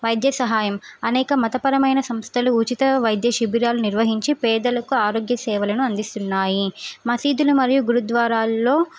వైద్య సహాయం అనేక మతపరమైన సంస్థలు ఉచిత వైద్య శిబిరాలు నిర్వహించి పేదలకు ఆరోగ్య సేవలను అందిస్తున్నాయి మసీదులు మరియు గురుద్వారాలలో